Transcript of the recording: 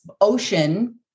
ocean